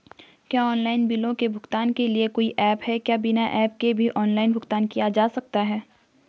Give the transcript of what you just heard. क्या ऑनलाइन बिलों के भुगतान के लिए कोई ऐप है क्या बिना ऐप के भी ऑनलाइन भुगतान किया जा सकता है?